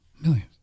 millions